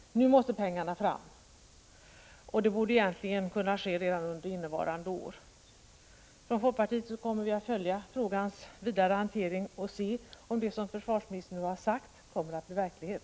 Nu måste pengarna fram. Det borde egentligen kunna ske redan under innevarande år. Från folkpartiet kommer vi att följa frågans vidare hantering och se om det försvarsministern nu har sagt kommer att bli verklighet.